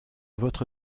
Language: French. votre